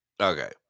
Okay